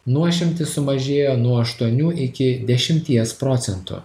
nuošimtis sumažėjo nuo aštuonių iki dešimties procentų